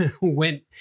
went